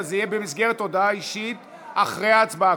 אבל זה יהיה במסגרת הודעה אישית אחרי ההצבעה.